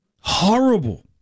Horrible